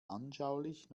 anschaulich